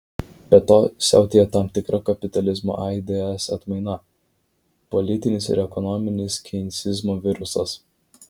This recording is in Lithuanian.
be to siautėja tam tikra kapitalizmo aids atmaina politinis ir ekonominis keinsizmo virusas